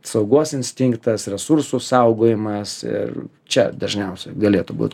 saugos instinktas resursų saugojimas ir čia dažniausiai galėtų būt